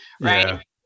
right